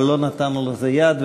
אבל לא נתנו לזה יד,